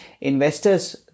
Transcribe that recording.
investors